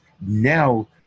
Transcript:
now